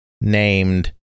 named